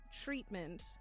treatment